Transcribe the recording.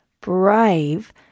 brave